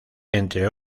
entre